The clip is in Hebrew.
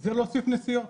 זה להוסיף נסיעות.